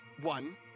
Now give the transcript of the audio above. one